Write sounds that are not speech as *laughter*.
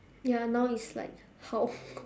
ya now is like how *laughs*